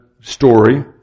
story